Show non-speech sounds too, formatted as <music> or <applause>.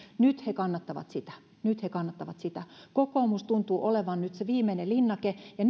nyt he kannattavat sitä nyt he kannattavat sitä kokoomus tuntuu olevan nyt se viimeinen linnake ja <unintelligible>